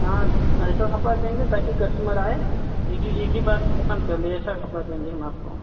हाँ ऐसा कपड़ा देंगे ताकि कस्टमर आए एक ही एक ही बार में पसंद कर ले ऐसा कपड़ा देंगे हम आपको